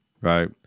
Right